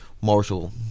Marshall